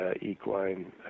equine